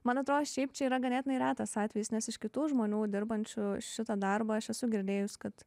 man atrodo šiaip čia yra ganėtinai retas atvejis nes iš kitų žmonių dirbančių šitą darbą aš esu girdėjus kad